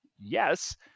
yes